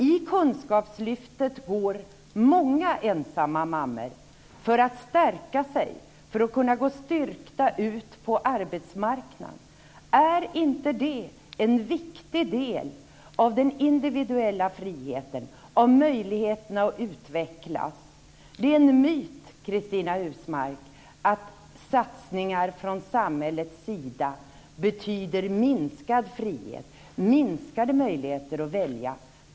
I kunskapslyftet deltar många ensamma mammor för att kunna gå styrkta ut på arbetsmarknaden. Är inte det ett viktigt bidrag till den individuella friheten och till möjligheterna att utvecklas? Det är en myt, Cristina Husmark Pehrsson, att satsningar från samhällets sida betyder minskad frihet, minskade möjligheter att välja.